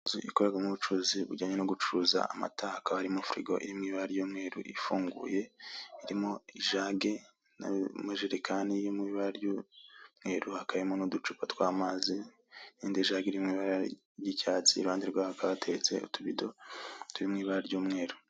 Inzu ikorerwamo ubucuruzi bujyanye no gucuruza amata hakaba harimo firigo iri mu ibara ry'umweru ifunguye, irimo ijagi n'amajerekani yo mu ibara ry'umweru hakaba harimo n'uducupa tw'amazi n'indi jagi iri mu ibara ry'icyatsi iruhande rw'aho hakaba hateretse utubido turi mu ibara ry'umweru.